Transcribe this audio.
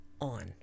on